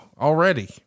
already